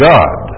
God